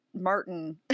Martin